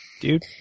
Dude